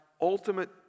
ultimate